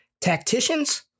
tacticians